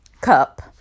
cup